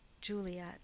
juliet